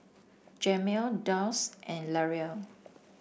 Jamel Dulce and Larae